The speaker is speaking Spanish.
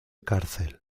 cárcel